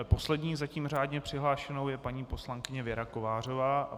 Poslední zatím řádně přihlášenou je paní poslankyně Věra Kovářová.